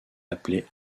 appelé